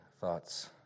thoughts